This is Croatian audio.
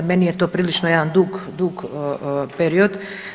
Meni je to prilično jedan dug period.